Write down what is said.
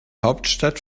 hauptstadt